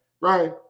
right